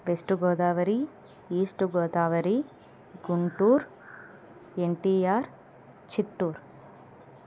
west Godavari east Godavari Guntur NTR Chittoor